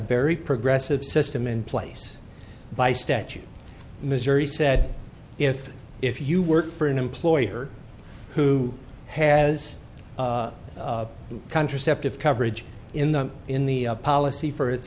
very progressive system in place by statute missouri said if if you work for an employer who has contraceptive coverage in the in the policy for its